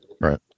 Right